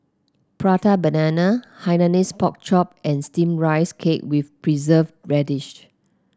Prata Banana Hainanese Pork Chop and steam Rice Cake with preserve radish